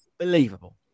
unbelievable